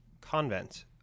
convent